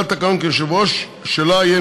התקנון קובע כי היושב-ראש שלה יהיה